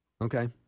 Okay